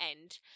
end